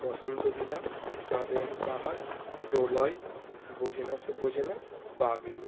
Basanta Bilap Chander Pahar Proloy Bojhe Na Se Bojhe Na Paglu